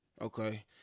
okay